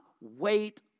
wait